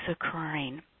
occurring